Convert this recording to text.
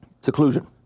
Seclusion